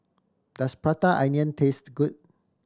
does Prata Onion taste good